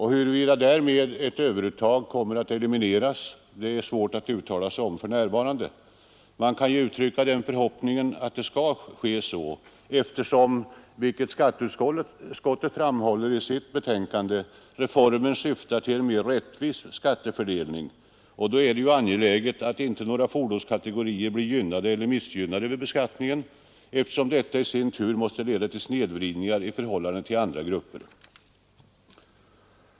Huruvida därmed risken för överuttag elimineras är svårt att uttala sig om för närvarande. Man kan ju uttrycka förhoppningen att så skall ske eftersom, vilket skatteutskottet framhåller i sitt betänkande, reformen syftar till en mera rättvis skattefördelning. Då är det ju angeläget att inte några fordonskategorier blir gynnade eller missgynnade i beskattningen, eftersom detta sedan i sin tur måste leda till snedvridningar i förhållande till andra grupper.